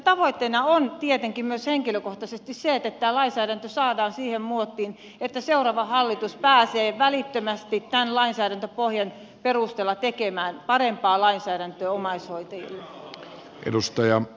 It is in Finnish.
tavoitteena on tietenkin myös henkilökohtaisesti se että tämä lainsäädäntö saadaan siihen muottiin että seuraava hallitus pääsee välittömästi tämän lainsäädäntöpohjan perusteella tekemään parempaa lainsäädäntöä omaishoitajille